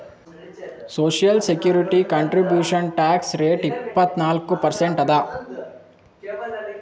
social security contribution tax rate ಇಪ್ಪತ್ನಾಲ್ಕು percent ಅದ